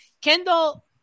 Kendall